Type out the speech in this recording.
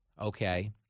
okay